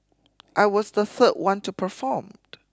I was the third one to perform